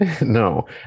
No